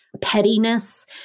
pettiness